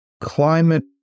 Climate